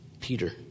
Peter